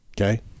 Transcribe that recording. okay